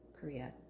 Korea